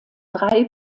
drei